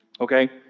Okay